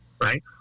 right